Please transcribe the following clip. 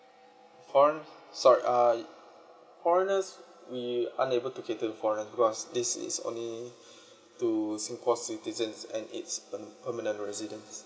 foreigner sorry err foreigners we unable to cater foreigner because this is only to singapore citizens and it's permanent residence